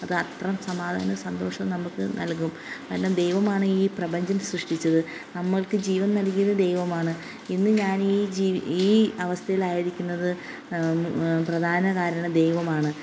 അത് അത്രയും സമാധാനവും സന്തോഷം നമുക്ക് നൽകും കാരണം ദൈവമാണ് ഈ പ്രപഞ്ചം സൃഷ്ടിച്ചത് നമ്മൾക്ക് ജീവൻ നൽകിയത് ദൈവമാണ് ഇന്ന് ഞാൻ ഈ ഈ അവസ്ഥയിലായിരിക്കുന്നത് പ്രധാന കാരണം ദൈവമാണ്